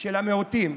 של המיעוטים,